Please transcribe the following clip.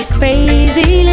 crazy